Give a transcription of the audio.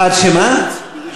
עד שיש לנו מיקרופון.